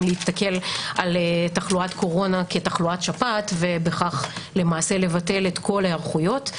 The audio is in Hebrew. להסתכל על תחלואת קורונה כתחלואת שפעת ובכך לבטל את כל ההיערכויות.